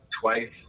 twice